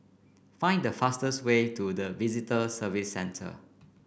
find the fastest way to the Visitor Services Centre